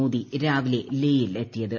മോദി രാവിലെ ലേയിൽ എത്തിയത്